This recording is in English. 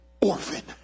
orphan